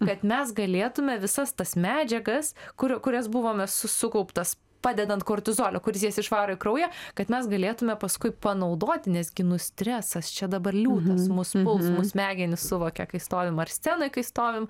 kad mes galėtume visas tas medžiagas kur kurias buvome sukauptas padedant kortizolio kuris jas išvaro į kraują kad mes galėtume paskui panaudoti nes gi nu stresas čia dabar liūtas mus puls mūs smegenys suvokia kai stovim ar scenoj kai stovim